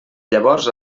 llavors